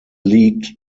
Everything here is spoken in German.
liegt